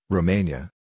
Romania